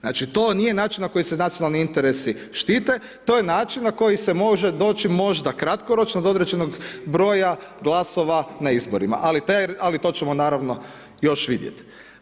Znači, to nije način na koji se nacionalni interesi štite, to je način na koji se može doći možda kratkoročno do određenog broja glasova na izborima, ali te, to ćemo naravno još vidjeti.